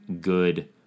good